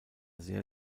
sehr